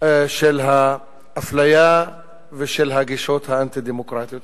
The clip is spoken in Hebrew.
של האפליה ושל הגישות האנטי-דמוקרטיות.